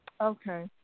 Okay